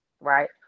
right